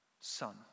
son